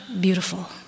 beautiful